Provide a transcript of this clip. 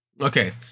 Okay